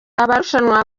abarushanwa